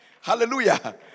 Hallelujah